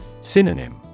Synonym